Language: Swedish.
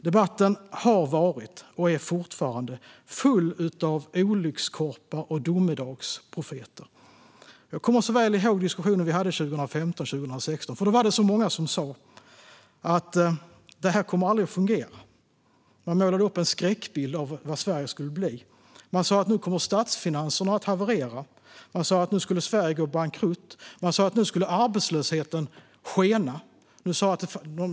Debatten har varit, och är fortfarande, full av olyckskorpar och domedagsprofeter. Jag kommer så väl ihåg diskussionen vi hade 2015 och 2016. Då var det många som sa att detta aldrig skulle fungera. Man målade upp en skräckbild av vad Sverige skulle bli. Man sa att statsfinanserna skulle haverera. Man sa att Sverige skulle bli bankrutt. Man sa att arbetslösheten skulle skena.